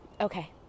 okay